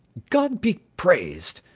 god be praised!